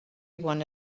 one